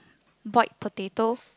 boiled potato